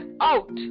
out